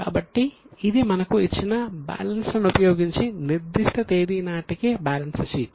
కాబట్టి ఇది మనకు ఇచ్చిన బ్యాలెన్స్లను ఉపయోగించి నిర్దిష్ట తేదీ నాటికి బ్యాలెన్స్ షీట్